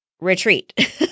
retreat